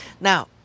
Now